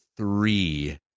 three